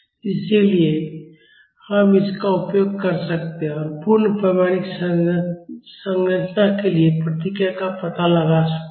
इसलिए हम इसका उपयोग कर सकते हैं और पूर्ण पैमाने की संरचना के लिए प्रतिक्रिया का पता लगा सकते हैं